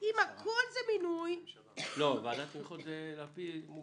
אם הכול זה מינוי- - לא, ועדת תמיכות זה מוגדר.